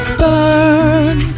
burn